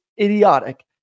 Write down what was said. idiotic